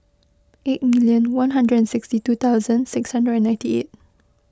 eight million one hundred and sixty two thousand six hundred and ninety eight